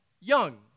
young